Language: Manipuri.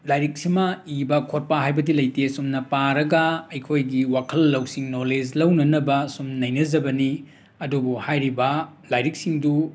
ꯂꯥꯏꯔꯤꯛꯁꯤꯃ ꯏꯕ ꯈꯣꯠꯄ ꯍꯥꯏꯕꯗꯤ ꯂꯩꯇꯦ ꯆꯨꯝꯅ ꯄꯥꯔꯒ ꯑꯩꯈꯣꯏꯒꯤ ꯋꯥꯈꯜ ꯂꯧꯁꯤꯡ ꯅꯣꯂꯦꯖ ꯂꯧꯅꯅꯕ ꯁꯨꯝ ꯅꯩꯅꯖꯕꯅꯤ ꯑꯗꯨꯕꯨ ꯍꯥꯏꯔꯤꯕ ꯂꯥꯏꯔꯤꯛꯁꯤꯡꯗꯨ